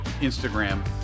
Instagram